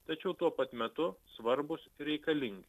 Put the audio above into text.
tačiau tuo pat metu svarbūs reikalingi